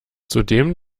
zudem